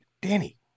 Danny